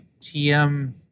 tm